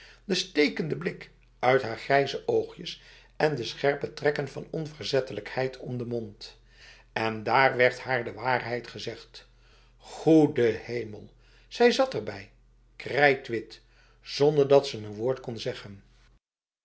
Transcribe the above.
de stekende blik uit haar grijze oogjes en de scherpe trekken van onverzettelijkheid om de mond en daar werd haar de waarheid gezegd goede hemel zij zat erbij krijtwit zonder dat ze een woord kon zeggen